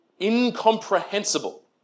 incomprehensible